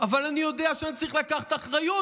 אבל אני יודע שאני צריך לקחת אחריות.